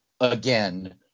again